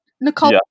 Nicole